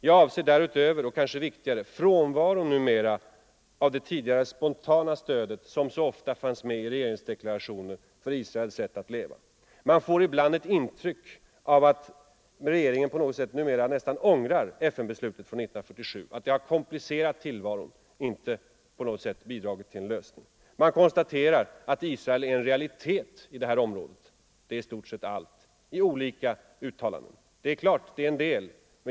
Jag avser därutöver och kanske viktigare frånvaron numera — m.m. av det tidigare spontana stöd som så ofta fanns med i regeringsdeklarationer för Israels rätt att leva. Man får ibland ett intryck av att regeringen på något sätt numera nästa ångrar FN-beslutet från 1947, att det har komplicerat tillvaron och inte på något sätt bidragit till en lösning. Man konstaterar att Israel är en realitet i det här området — det är i stort sett allt — i olika uttalanden.